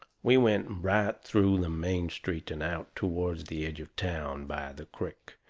we went right through the main street and out toward the edge of town, by the crick,